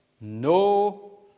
No